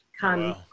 come